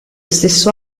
stesso